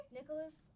Nicholas